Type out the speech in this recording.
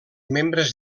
membres